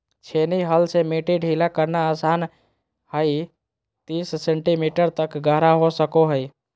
छेनी हल से मिट्टी ढीला करना आसान हइ तीस सेंटीमीटर तक गहरा हो सको हइ